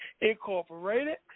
Incorporated